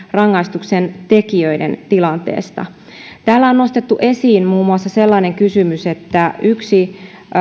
rikoksentekijöiden tilanteesta kun täällä on nostettu esiin muun muassa sellainen kysymys että yksi